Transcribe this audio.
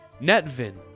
Netvin